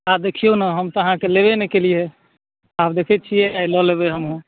देखियौ ने हम तऽ अहाँके लेबे नहि केलिऐ आब देखए छिऐ आइ लऽ लेबए हमहुँ